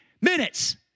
minutes